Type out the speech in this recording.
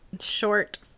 short